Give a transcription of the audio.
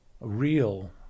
real